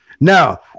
Now